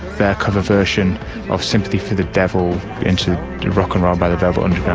their cover version of sympathy for the devil into rock n roll by the velvet underground.